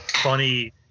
funny